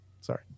Sorry